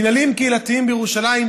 מינהלים קהילתיים בירושלים,